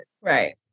Right